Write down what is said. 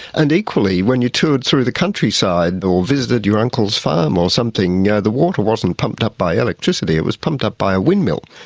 and equally, when you toured through the countryside, or visited your uncle's farm or something, yeah the water wasn't pumped up by electricity, it was pumped up by a windmill.